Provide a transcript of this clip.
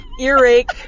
earache